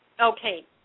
Okay